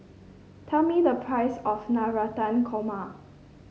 tell me the price of Navratan Korma